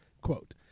Quote